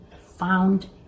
found